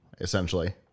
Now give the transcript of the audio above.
essentially